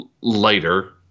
lighter